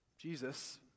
Jesus